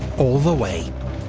all the way.